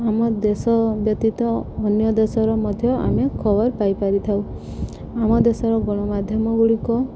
ଆମ ଦେଶ ବ୍ୟତୀତ ଅନ୍ୟ ଦେଶର ମଧ୍ୟ ଆମେ ଖବର ପାଇପାରିଥାଉ ଆମ ଦେଶର ଗଣମାଧ୍ୟମ ଗୁଡ଼ିକ